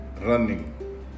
running